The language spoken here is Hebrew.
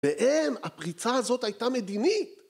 ואין, הפריצה הזאת הייתה מדינית.